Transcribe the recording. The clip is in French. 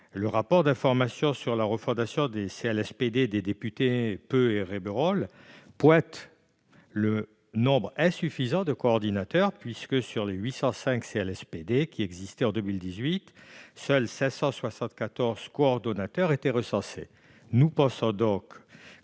Le rapport d'information sur la refondation des CLSPD des députés Peu et Rebeyrotte pointe le nombre insuffisant des coordonnateurs. Ainsi, sur les 805 CLSPD qui existaient en 2018, seuls 574 coordonnateurs étaient recensés. Nous pensons que